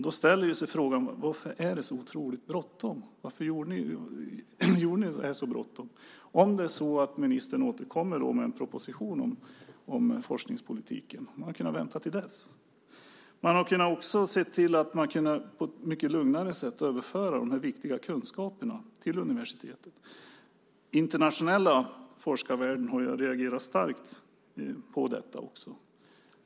Då inställer sig frågan: Varför är det så otroligt bråttom - varför var det så bråttom att göra detta? Om det är så att ministern ska återkomma med en proposition om forskningspolitiken hade man väl kunnat vänta till dess. Man hade också kunnat se till att det på ett mycket lugnare sätt gick att överföra de här viktiga kunskaperna till universitet. Den internationella forskarvärlden har starkt reagerat på detta.